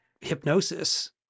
hypnosis